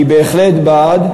אני בהחלט בעד.